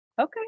okay